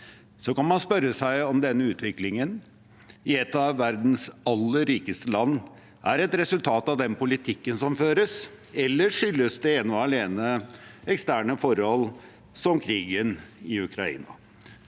Så kan man spørre seg om denne utviklingen, i et av verdens aller rikeste land, er et resultat av den politikken som føres, eller om den ene og alene skyldes eksterne forhold som krigen i Ukraina.